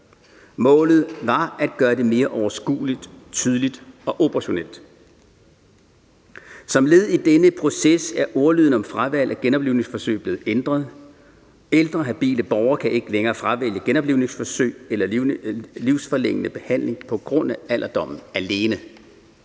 Målet var at gøre det mere overskueligt, tydeligt og operationelt. Som led i denne proces er ordlyden om fravalg af genoplivningsforsøg blevet ændret. Ældre habile borgere kan ikke længere fravælge genoplivningsforsøg eller livsforlængende behandling på grund af alderdom alene.